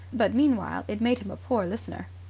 but meanwhile it made him a poor listener.